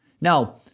Now